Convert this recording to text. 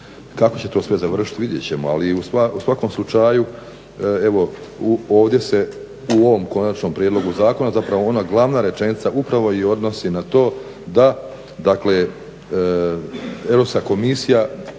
kako će to sve završiti vidjet ćemo, ali u svakom slučaju ovdje se u ovom konačnom prijedlogu zakona ona glavna rečenica upravo i odnosi na to da EU komisija